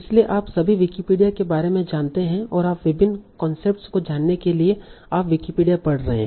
इसलिए आप सभी विकिपीडिया के बारे में जानते हैं और आप विभिन्न कॉन्सेप्ट्स को जानने के लिए आप विकिपीडिया पढ़ रहे हैं